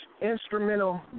instrumental